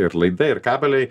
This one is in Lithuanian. ir laidai ir kabeliai